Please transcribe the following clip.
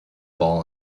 ball